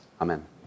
Amen